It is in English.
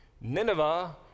Nineveh